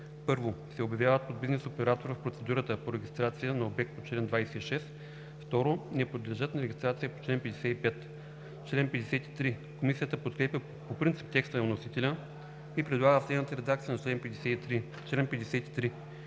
2: 1. се обявяват от бизнес оператора в процедурата по регистрация на обект по чл. 26; 2. не подлежат на регистрация по чл. 55.“ Комисията подкрепя по принцип текста на вносителя и предлага следната редакция на чл. 53: „Чл. 53.